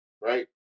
right